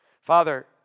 Father